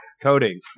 coding